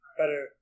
better